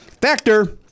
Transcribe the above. Factor